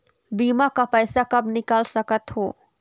बीमा का पैसा कब निकाल सकत हो?